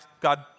God